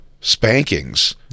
Spankings